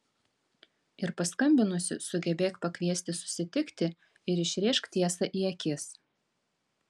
ir paskambinusi sugebėk pakviesti susitikti ir išrėžk tiesą į akis